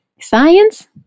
science